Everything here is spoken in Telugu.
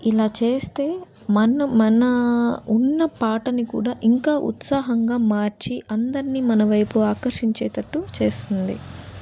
ఇలా చేస్తే మనం మన ఉన్న పాటని కూడా ఇంకా ఉత్సాహంగా మార్చి అందరినీ మన వైపు ఆకర్షించేటట్టు చేస్తుంది